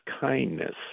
kindness